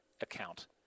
Account